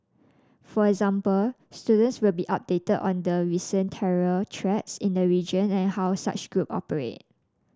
for example students will be updated on the recent terror threats in the region and how such group operate